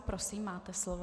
Prosím, máte slovo.